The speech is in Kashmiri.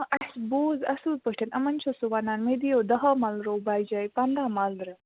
اَسہِ بوٗز اَصٕل پٲٹھۍ یِمن چھُ سُہ وَنان مےٚ دِیِو دَہَو مَلرٮ۪و بَجایہِ پَنٛداہ مَلرٕ